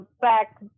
back